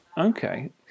Okay